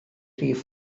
rhif